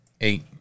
Eight